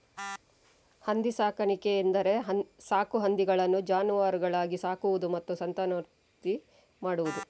ಹಂದಿ ಸಾಕಾಣಿಕೆ ಎಂದರೆ ಸಾಕು ಹಂದಿಗಳನ್ನು ಜಾನುವಾರುಗಳಾಗಿ ಸಾಕುವುದು ಮತ್ತು ಸಂತಾನೋತ್ಪತ್ತಿ ಮಾಡುವುದು